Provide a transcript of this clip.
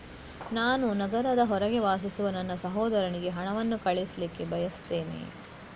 ನಾನು ನಗರದ ಹೊರಗೆ ವಾಸಿಸುವ ನನ್ನ ಸಹೋದರನಿಗೆ ಹಣವನ್ನು ಕಳಿಸ್ಲಿಕ್ಕೆ ಬಯಸ್ತೆನೆ